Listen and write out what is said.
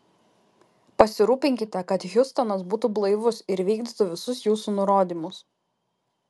pasirūpinkite kad hiustonas būtų blaivus ir vykdytų visus jūsų nurodymus